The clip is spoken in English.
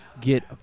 get